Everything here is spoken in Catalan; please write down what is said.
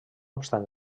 obstant